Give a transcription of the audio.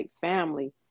family